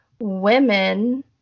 women